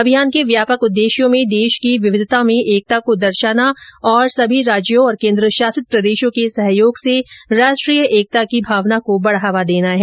अभियान के व्यापक उद्देश्यों में देश की विविधता में एकता को दर्शाना और सभी राज्यों और केंद्रशासित प्रदेशों के सहयोग से राष्ट्रीय एकता की भावना को बढ़ावा देना है